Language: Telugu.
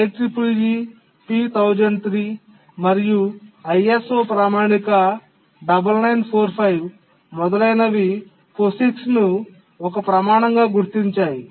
IEEE P1003 మరియు ISO ప్రామాణిక 9945 మొదలైనవి POSIX ను ఒక ప్రమాణంగా గుర్తించాయి